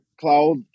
cloud